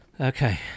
Okay